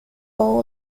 all